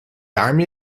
army